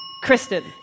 Kristen